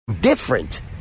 different